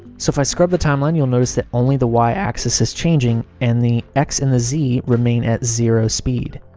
so, if i scrub the timeline, you'll notice that only the y axis is changing and the x and the z remain at zero speed.